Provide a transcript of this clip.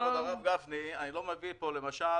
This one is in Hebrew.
הרב גפני, אני לא מביא לפה למשל